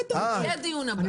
יהיה דיון נוסף.